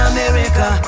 America